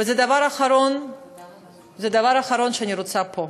וזה הדבר האחרון שאני רוצה פה.